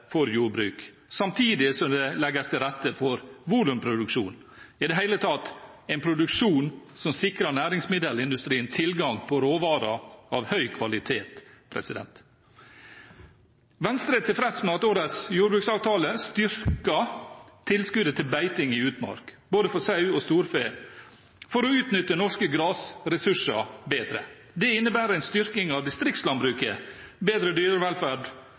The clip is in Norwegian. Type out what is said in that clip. for jordbruk, samtidig som det legges til rette for volumproduksjon – i det hele tatt en produksjon som sikrer næringsmiddelindustrien tilgang på råvarer av høy kvalitet. Venstre er tilfreds med at årets jordbruksavtale styrker tilskuddet til beiting i utmark, for både sau og storfe, for å utnytte norske gressressurser bedre. Det innebærer en styrking av distriktslandbruket, bedre dyrevelferd